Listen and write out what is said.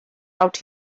out